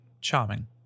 charming